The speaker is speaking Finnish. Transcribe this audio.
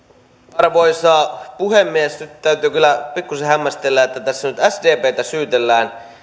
arvoisa puhemies nyt täytyy kyllä pikkuisen hämmästellä että tässä nyt sdptä syytellään